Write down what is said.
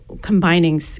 combining